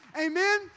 Amen